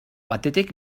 batetik